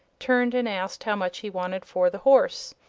turned and asked how much he wanted for the horse.